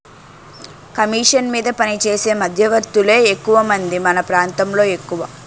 commission మీద పనిచేసే మధ్యవర్తులే ఎక్కువమంది మన ప్రాంతంలో ఎక్కువ